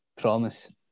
promise